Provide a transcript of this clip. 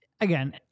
again